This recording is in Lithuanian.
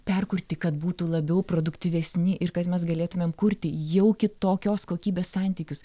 perkurti kad būtų labiau produktyvesni ir kad mes galėtumėm kurti jau kitokios kokybės santykius